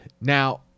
Now